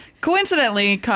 Coincidentally